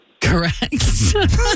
Correct